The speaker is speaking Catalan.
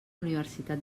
universitat